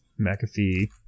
McAfee